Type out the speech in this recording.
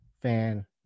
fan